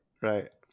Right